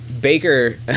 Baker